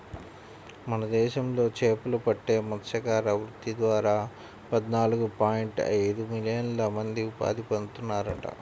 మన దేశంలో చేపలు పట్టే మత్స్యకార వృత్తి ద్వారా పద్నాలుగు పాయింట్ ఐదు మిలియన్ల మంది ఉపాధి పొందుతున్నారంట